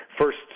first